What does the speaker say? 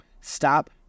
Stop